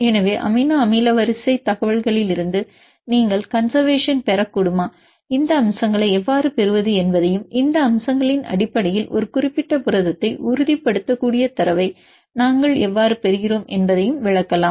எனவே அமினோ அமில வரிசை தகவல்களிலிருந்து நீங்கள் கன்செர்வேசன் பெறக் கூடுமா இந்த அம்சங்களை எவ்வாறு பெறுவது என்பதையும் இந்த அம்சங்களின் அடிப்படையில் ஒரு குறிப்பிட்ட புரதத்தை உறுதிப்படுத்தக்கூடிய தரவை நாங்கள் எவ்வாறு பெறுகிறோம் என்பதையும் விளக்கலாம்